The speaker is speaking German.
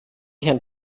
herrn